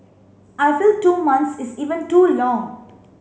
I feel two months is even too long